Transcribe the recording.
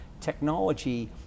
Technology